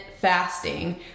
fasting